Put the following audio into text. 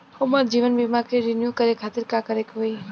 हमार जीवन बीमा के रिन्यू करे खातिर का करे के होई?